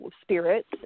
spirits